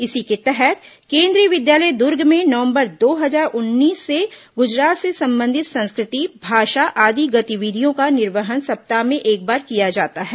इसी के तहत केंद्रीय विद्यालय दुर्ग में नवंबर दो हजार उन्नीस से गुजरात से संबंधित संस्कृति भाषा आदि गतिविधियों का निर्वहन सप्ताह में एक बार किया जाता है